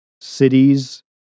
cities